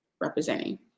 representing